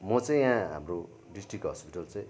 म चाहिँ यहाँ हाम्रो डिस्ट्रिक हस्पिटल चाहिँ